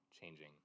changing